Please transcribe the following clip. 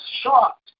shocked